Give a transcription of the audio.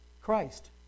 Christ